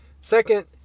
Second